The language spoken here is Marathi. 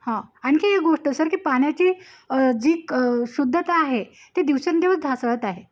हा आणखी ह गोष्ट सर की पाण्याची जी क शुद्धता आहे ते दिवसेंदिवस ढासळत आहे